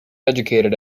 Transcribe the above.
educated